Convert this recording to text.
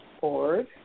org